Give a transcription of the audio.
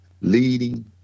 Leading